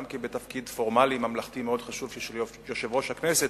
גם בתפקיד פורמלי ממלכתי מאוד חשוב של יושב-ראש הכנסת,